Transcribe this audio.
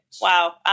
Wow